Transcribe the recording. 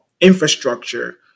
infrastructure